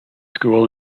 school